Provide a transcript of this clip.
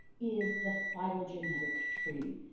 is the phylogenetic tree.